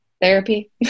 Therapy